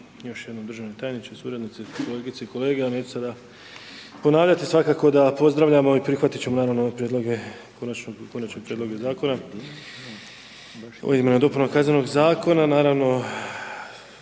još jednom, državni tajniče, suradnici, kolegice i kolege. Ja neću sada ponavljati, svakako da pozdravljam i prihvatiti ćemo ove prijedloge, konačne prijedloge Zakona, izmjena i dopuna kaznenog Zakona. Naravno,